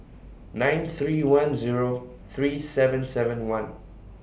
nine three one Zero three seven seven one